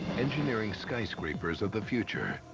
engineering skyscrapers of the future.